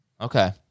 Okay